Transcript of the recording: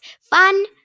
Fun